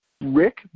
Rick